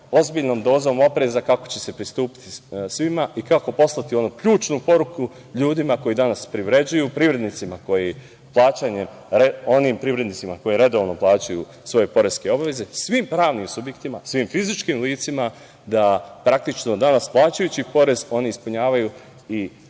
ozbiljnom dozom opreza kako će se pristupiti svima i kako poslati ključnu poruku ljudima koji danas privređuju, privrednicima koji redovno plaćaju svoje poreske obaveze, svim pravnim subjektima, svim fizičkim licima da danas, plaćajući porez, oni ispunjavaju i,